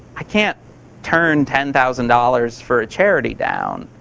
i can't turn ten thousand dollars for a charity down.